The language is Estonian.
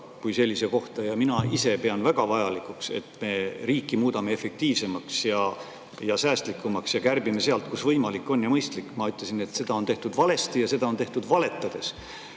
kui sellise kohta. Ma ise pean väga vajalikuks, et me muudame riiki efektiivsemaks ja säästlikumaks ja kärbime sealt, kust on võimalik ja mõistlik. Ma ütlesin, et seda on tehtud valesti ja seda on tehtud valetades.